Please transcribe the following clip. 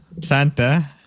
Santa